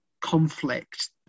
conflict